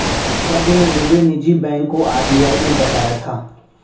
कर्ज में डूबे निजी बैंक को आर.बी.आई ने बचाया था